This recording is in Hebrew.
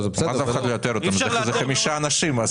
זה חמישה אנשים.